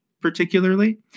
particularly